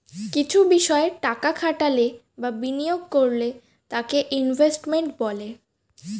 কিছু বিষয় টাকা খাটালে বা বিনিয়োগ করলে তাকে ইনভেস্টমেন্ট বলে